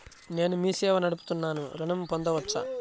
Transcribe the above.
నేను మీ సేవా నడుపుతున్నాను ఋణం పొందవచ్చా?